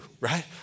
right